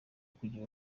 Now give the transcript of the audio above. kugira